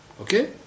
Okay